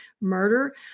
murder